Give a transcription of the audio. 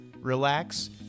relax